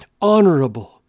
Honorable